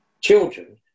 Children